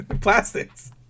plastics